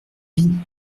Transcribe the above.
vie